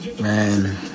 man